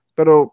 Pero